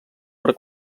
per